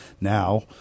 Now